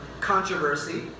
controversy